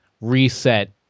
reset